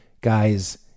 Guys